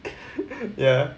yeah